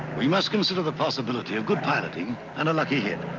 we must consider the possibility of good piloting and a lucky hit.